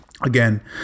Again